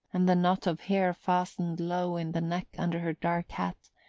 and the knot of hair fastened low in the neck under her dark hat,